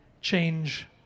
change